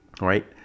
right